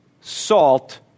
salt